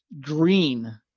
green